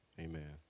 amen